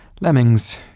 lemmings